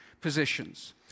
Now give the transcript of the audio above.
positions